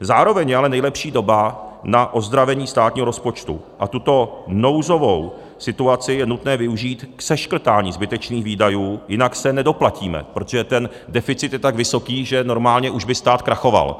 Zároveň je ale nejlepší doba na ozdravení státního rozpočtu a tuto nouzovou situaci je nutné využít k seškrtání zbytečných výdajů, jinak se nedoplatíme, protože ten deficit je tak vysoký, že normálně už by stát krachoval.